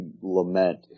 lament